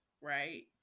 right